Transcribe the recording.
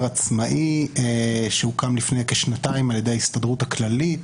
עצמאי שהוקם לפני שנתיים על-ידי ההסתדרות הכללית,